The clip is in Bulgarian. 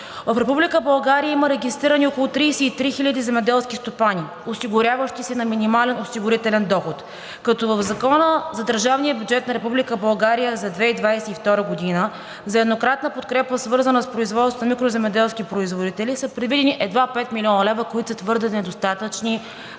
има регистрирани около 33 хиляди земеделски стопани, осигуряващи се на минимален осигурителен доход, като в Закона за държавния бюджет на Република България за 2022 г. за еднократна подкрепа, свързана с производството, и микроземеделските производители са предвидени едва 5 млн. лв., които са твърде недостатъчни